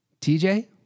TJ